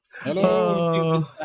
Hello